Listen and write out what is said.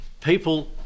people